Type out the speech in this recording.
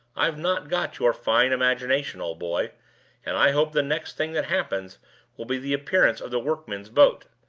i've not got your fine imagination, old boy and i hope the next thing that happens will be the appearance of the workmen's boat.